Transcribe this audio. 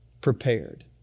prepared